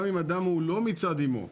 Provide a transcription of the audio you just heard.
גם אם אדם הוא לא מצד אמו,